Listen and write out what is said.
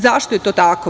Zašto je to tako?